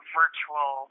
virtual